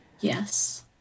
Yes